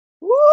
Woo